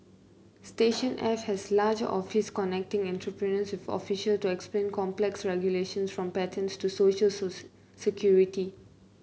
Station F has a large office connecting entrepreneurs with official to explain complex regulations from patents to social security